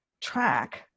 track